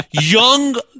young